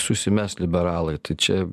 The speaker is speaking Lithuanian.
susimes liberalai tai čia